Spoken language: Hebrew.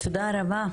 תודה רבה.